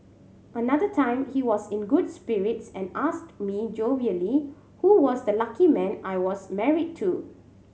another time he was in good spirits and asked me jovially who was the lucky man I was married to